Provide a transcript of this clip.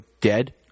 dead